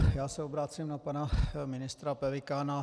Já se obracím na pana ministra Pelikána.